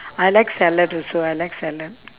I like salad also I like salad